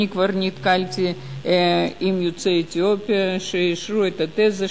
אני כבר נתקלתי ביוצאי אתיופיה שאישרו את התזה,